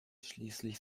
schließlich